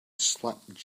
slept